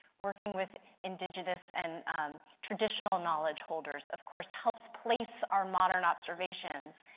working with indigenous and traditional knowledge holders, of course helps place our modern observations,